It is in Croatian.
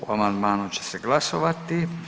O amandmanu će se glasovati.